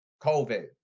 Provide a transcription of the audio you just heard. COVID